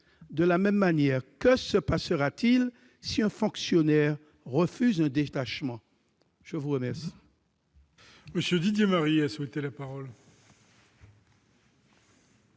De la même manière, que se passera-t-il si un fonctionnaire refuse un détachement ? La parole